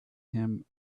him